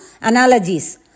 analogies